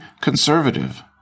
conservative